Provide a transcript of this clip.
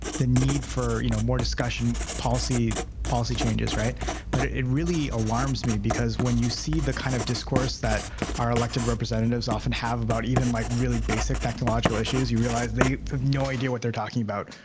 the need for you know more discussion, policy policy changes. but it really alarms me, because when you see the kind of discourse that our elected representatives often have about even, like, really basic technological issues you realize they have no idea what they're talking about.